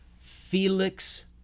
Felix